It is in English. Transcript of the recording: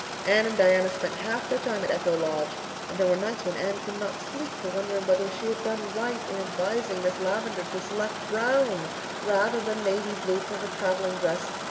anne and diana spent half their time at echo lodge and there were nights when anne could not sleep for wondering whether she had done right in advising miss lavendar to select brown rather than navy blue for her traveling dress,